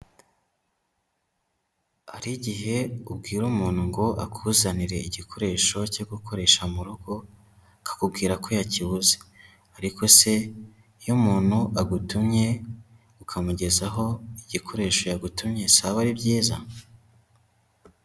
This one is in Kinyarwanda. Hari igihe ubwira umuntu ngo akuzanire igikoresho cyo gukoresha mu rugo, akakubwira ko yakibuze ariko se iyo umuntu agutumye ukamugezaho igikoresho yagutumye, si aba ari byiza?